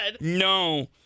No